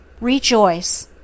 Rejoice